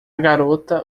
garota